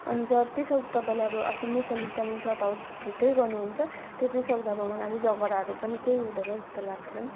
अनि जति सक्दो तपाईँले अब आफ्नो मिसअन्डर्सट्यान्डिङ सर्ट आउट छिट्टै गर्नुहुन्छ त्यति सक्दो अब मलाई चाहिँ झगडाहरू पनि केही हुँदैन जस्तो लाग्छ